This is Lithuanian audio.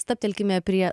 stabtelkime prie